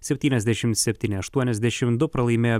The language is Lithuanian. septyniasdešimt septyni aštuoniasdešimt du pralaimėjo